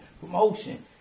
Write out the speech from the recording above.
promotion